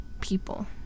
people